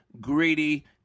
greedy